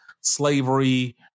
slavery